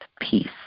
peace